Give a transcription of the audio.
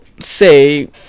say